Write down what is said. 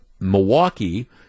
Milwaukee